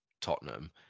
Tottenham